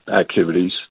activities